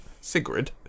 Sigrid